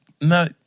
No